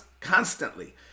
constantly